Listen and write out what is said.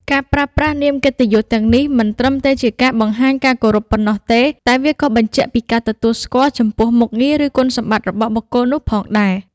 ការប្រើប្រាស់នាមកិត្តិយសទាំងនេះមិនត្រឹមតែជាការបង្ហាញការគោរពប៉ុណ្ណោះទេ តែវាក៏បញ្ជាក់ពីការទទួលស្គាល់ចំពោះមុខងារ ឬគុណសម្បត្តិរបស់បុគ្គលនោះផងដែរ។